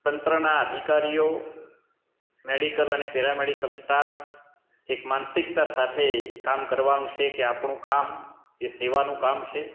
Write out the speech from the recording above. તંત્રના અધિકારીઓ મેડિકલ અને પેરામેડિકલ સ્ટાફ એક માનસિકતા સાથે કામ કરવાનું છે કે આપણું કામ એ સેવાનું કામ છે